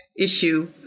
issue